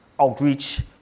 outreach